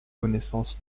connaissances